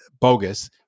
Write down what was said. bogus